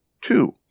Two